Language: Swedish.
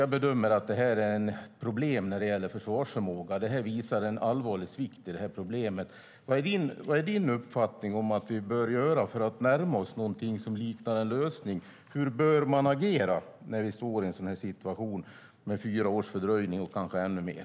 Jag bedömer att detta är ett problem när det gäller försvarsförmåga. Detta visar en allvarlig svikt i detta problem. Vad är din uppfattning om vad vi bör göra för att närma oss någonting som liknar en lösning? Hur bör man agera när vi befinner oss i en sådan situation med fyra års fördröjning och kanske ännu mer?